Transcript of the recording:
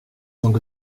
donc